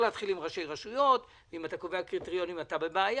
להתחיל עם ראשי רשויות ואם אני קובע קריטריונים אני בבעיה.